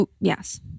yes